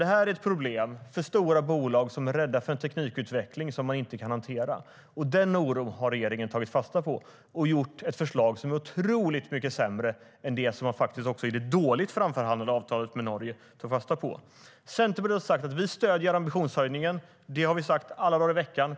Det här är ett problem för stora bolag som är rädda för en teknikutveckling som de inte kan hantera. Regeringen har tagit fasta på den oron och lagt fram ett förslag som är otroligt mycket sämre än det man tog fasta på i det dåligt framförhandlade avtalet med Norge.Centerpartiet har sagt att vi stöder ambitionshöjningen. Det har vi sagt alla dagar i veckan.